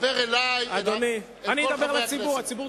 דבר אלי, אל כל חברי הכנסת.